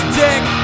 dick